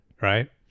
right